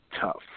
tough